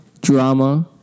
drama